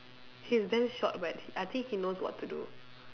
he's damn short but I think he knows what to do